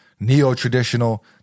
Neo-traditional